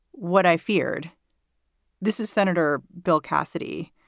what i feared this is senator bill cassidy,